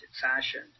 fashion